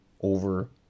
over